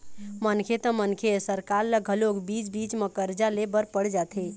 मनखे त मनखे सरकार ल घलोक बीच बीच म करजा ले बर पड़ जाथे